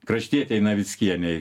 kraštietei navickienei